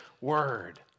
word